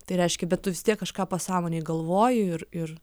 tai reiškia bet tu vis tiek kažką pasąmonėj galvoji ir ir